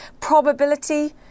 Probability